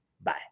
Bye